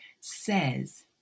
says